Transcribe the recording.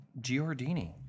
Giordini